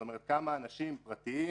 זאת אומרת, כמה אנשים פרטיים